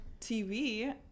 TV